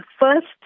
first